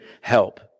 help